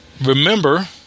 remember